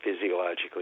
physiologically